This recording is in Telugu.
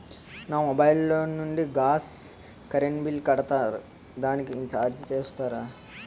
మా మొబైల్ లో నుండి గాస్, కరెన్ బిల్ కడతారు దానికి చార్జెస్ చూస్తారా?